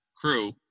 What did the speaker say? crew